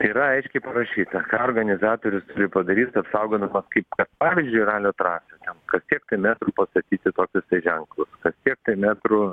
yra aiškiai parašyta ką organizatorius turi padaryt apsaugodamas kaip kad pavyzdžiui ralio trasą ten kas kiek tai metrų pastatyti tokius tai ženklus kas kiek metrų